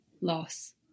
loss